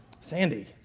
Sandy